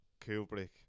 Kubrick